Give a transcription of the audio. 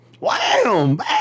wham